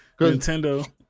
Nintendo